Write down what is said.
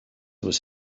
was